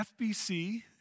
FBC